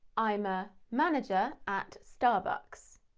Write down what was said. i'm a manager at starbucks.